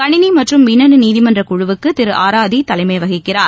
கணிளி மற்றும் மின்னனு நீதிமன்ற குழுவுக்கு திரு ஆராதி தலைமை வகிக்கிறார்